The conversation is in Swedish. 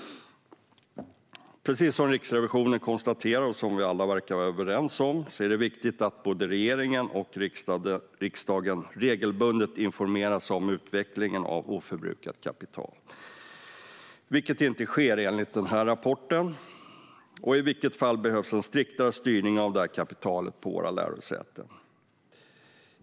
Som Riksrevisionen konstaterar och vi alla verkar vara överens om är det viktigt att både regeringen och riksdagen regelbundet informeras om utvecklingen av oförbrukat kapital - vilket inte sker, enligt denna rapport. I vilket fall behövs en striktare styrning av detta kapital på våra lärosäten.